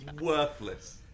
worthless